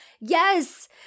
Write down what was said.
yes